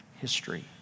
history